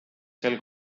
sel